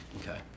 Okay